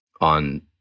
on